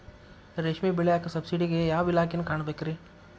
ರೇಷ್ಮಿ ಬೆಳಿಯಾಕ ಸಬ್ಸಿಡಿಗೆ ಯಾವ ಇಲಾಖೆನ ಕಾಣಬೇಕ್ರೇ?